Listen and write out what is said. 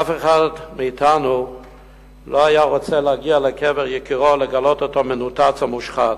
אף אחד מאתנו לא היה רוצה להגיע לקבר יקירו ולגלות שהוא מנותץ או מושחת.